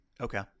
okay